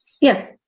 Yes